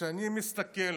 כשאני מסתכל